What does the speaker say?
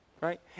right